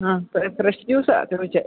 ആ ഫ്രെഷ് ജ്യൂസാണ് ചോദിച്ചത്